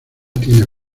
tienes